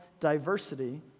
Diversity